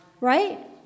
right